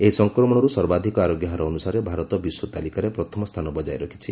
ଏହି ସଂକ୍ରମଣରୁ ସର୍ବାଧକ ଆରୋଗ୍ୟହାର ଅନୁସାରେ ଭାରତ ବିଶ୍ୱ ତାଲିକାରେ ପ୍ରଥମସ୍ଥାନ ବଜାୟ ରଖିଛି